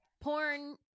porn